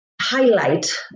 highlight